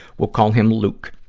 we'll call him luke.